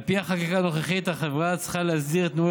פי החקיקה הנוכחית החברה צריכה להסדיר את ניהול